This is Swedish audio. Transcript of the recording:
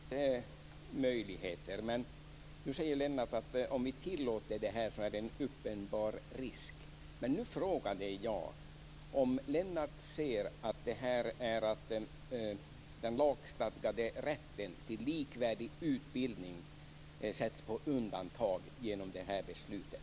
Fru talman! Det finns möjligheter. Men Lennart Gustavsson säger att om vi tillåter detta finns en uppenbar risk. Jag frågade om Lennart Gustavsson ser att den lagstadgade rätten till likvärdig utbildning sätts på undantag genom det här beslutet.